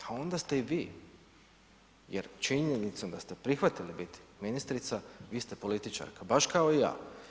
A onda ste i vi jer činjenicom da ste prihvatili biti ministrica vi ste političarka, baš kao i ja.